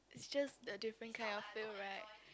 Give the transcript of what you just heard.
just the different kind of feel right